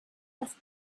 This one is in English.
less